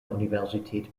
universität